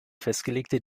festgelegte